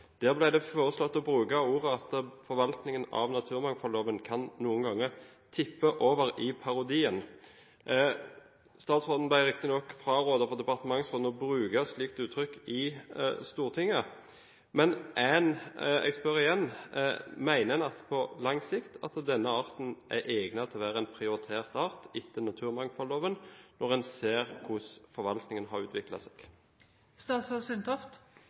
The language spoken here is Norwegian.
Der ble det foreslått å bruke ordene at «forvaltningen av naturmangfoldloven noen ganger kan tippe over i parodien». Statsråden ble riktignok frarådet av departementsråden å bruke et slikt uttrykk i Stortinget. Men jeg spør igjen: Mener en at denne arten på lang sikt er egnet til å være en prioritert art etter naturmangfoldloven, når en ser hvordan forvaltningen har